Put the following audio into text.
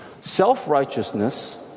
Self-righteousness